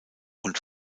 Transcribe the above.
und